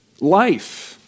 life